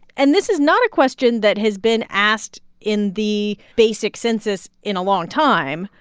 and this is not a question that has been asked in the basic census in a long time,